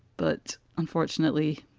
but unfortunately,